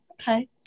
okay